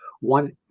One